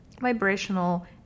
vibrational